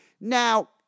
Now